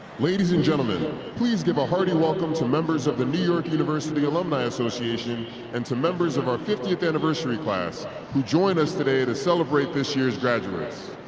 ladies and gentlemen, please give a hearty welcome to members of the new york university alumni association and to members of our fiftieth anniversary class who join us today to celebrate this year's graduates.